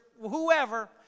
whoever